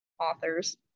authors